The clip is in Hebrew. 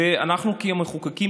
ואנחנו כמחוקקים,